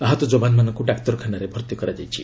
ଆହତ ଯବାନମାନଙ୍କୁ ଡାକ୍ତରଖାନାରେ ଭର୍ତ୍ତି କରାଯାଇଛି